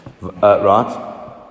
Right